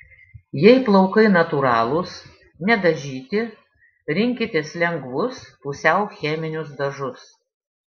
jei plaukai natūralūs nedažyti rinkitės lengvus pusiau cheminius dažus